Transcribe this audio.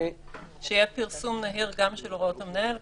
שיהיה פרסום מהיר גם של הוראות המנהל.